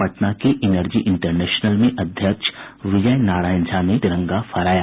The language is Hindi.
पटना के इनर्जी इंटरनेशनल में अध्यक्ष विजय नारायण झा ने तिरंगा फहराया